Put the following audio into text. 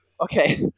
Okay